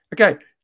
Okay